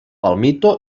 palmito